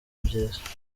byiza